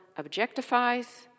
objectifies